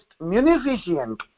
munificent